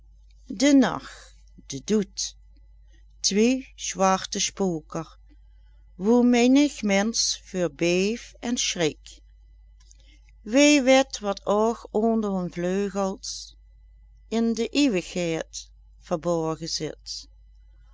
de nacht de doed twie zwarte spoker woe mennig mins veur beeft en schrikt wee wét wat ouch onder hun vleugels in d'ieuwigheid